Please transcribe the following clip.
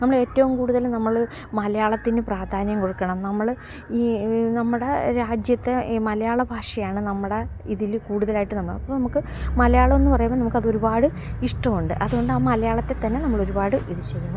നമ്മൾ ഏറ്റവും കൂടുതൽ നമ്മൾ മലയാളത്തിന് പ്രാധാന്യം കൊടുക്കണം നമ്മൾ ഈ ഈ നമ്മുടെ രാജ്യത്തെ ഈ മലയാള ഭാഷയാണ് നമ്മുടെ ഇതിൽ കൂടുതലായിട്ട് നമ്മൾ അപ്പം നമുക്ക് മലയാളം എന്ന് പറയുമ്പം നമുക്ക് അതൊരുപാട് ഇഷ്ടമുണ്ട് അതുകൊണ്ട് ആ മലയാളത്തില് തന്നെ നമ്മളൊരുപാട് ഇത് ചെയ്യണം